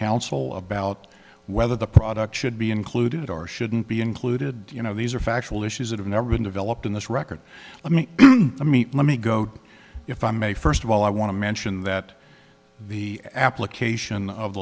counsel about whether the product should be included or shouldn't be included you know these are factual issues that have never been developed in this record let me let me let me go if i may first of all i want to mention that the application of